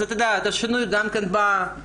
אז אתה יודע השינוי גם בא מלמטה.